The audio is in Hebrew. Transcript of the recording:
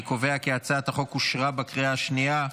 אני קובע כי הצעת החוק אושרה בקריאה השנייה.